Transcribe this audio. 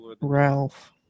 ralph